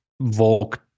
Volk